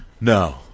no